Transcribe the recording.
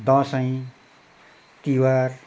Dashain Tihar